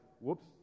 Whoops